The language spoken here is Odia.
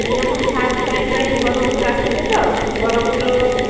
ଆଜ୍ଞା ମୁଁ ଫାଷ୍ଟ୍ ଟାଇମ୍ ପାଇଁ ବରହମ୍ପୁର ଆସିଛି ତ ବରହମ୍ପୁର